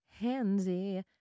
handsy